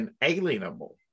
inalienable